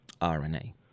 RNA